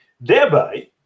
Thereby